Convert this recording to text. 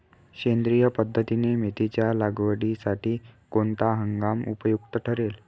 सेंद्रिय पद्धतीने मेथीच्या लागवडीसाठी कोणता हंगाम उपयुक्त ठरेल?